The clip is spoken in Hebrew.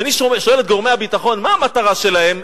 כשאני שואל את גורמי הביטחון מה המטרה שלהם,